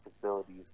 facilities